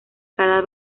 cada